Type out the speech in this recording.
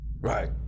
Right